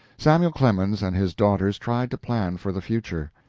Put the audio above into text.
samuel clemens and his daughters tried to plan for the future.